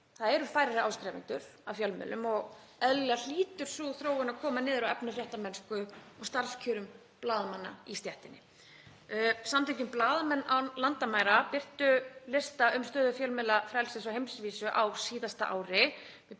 það eru færri áskrifendur að fjölmiðlum og eðlilega hlýtur sú þróun að koma niður á efni, fréttamennsku og starfskjörum blaðamanna í stéttinni. Samtökin Blaðamenn án landamæra birtu lista um stöðu fjölmiðlafrelsis á heimsvísu á síðasta ári,